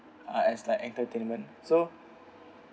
uh as like entertainment so